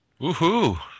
Woohoo